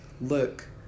look